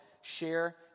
share